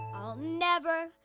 i'll never,